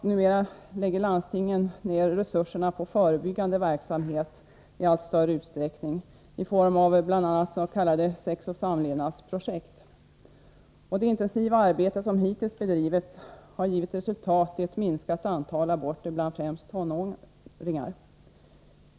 Numera lägger landstingen i allt större utsträckning ned resurserna på förebyggande verksamhet, bl.a. i form av s.k. sexoch samlevnadsprojekt. Det intensiva arbete som hittills bedrivits har givit resultat i ett minskat antal aborter, främst bland tonåringar.